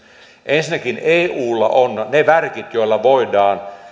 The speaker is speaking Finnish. ensinnäkin eulla on ne värkit joilla voidaan